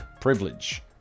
privilege